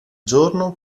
giorno